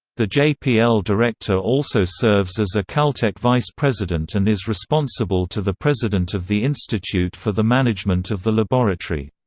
the jpl director also serves as a caltech vice president and is responsible to the president of the institute for the management of the laboratory.